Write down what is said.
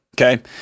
okay